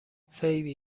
فیبی